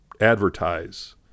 advertise